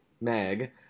Meg